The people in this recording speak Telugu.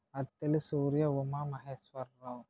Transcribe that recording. అత్తిలి సూర్య ఉమామహేశ్వర్ రావ్